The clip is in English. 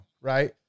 right